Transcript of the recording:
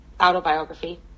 autobiography